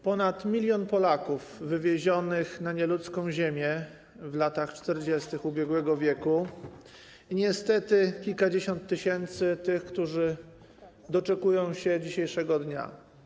Ponad 1 mln Polaków wywiezionych na nieludzką ziemię w latach 40. ubiegłego wieku i niestety kilkadziesiąt tysięcy tych, którzy doczekują się dzisiejszego dnia.